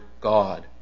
God